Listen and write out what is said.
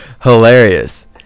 Hilarious